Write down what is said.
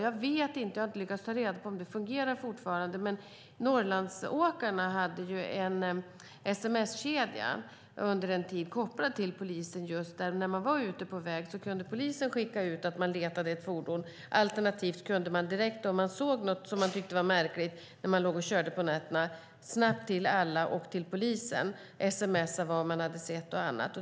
Jag vet inte och har inte lyckats ta reda på om det fungerar fortfarande, men Norrlandsåkarna hade under en tid en sms-kedja kopplad till polisen. När man var ute på vägarna kunde polisen skicka ut att de letade efter ett fordon. Alternativt kunde man direkt, om man såg något man tyckte var märkligt när man låg och körde på nätterna, snabbt till alla och till polisen sms:a vad man hade sett.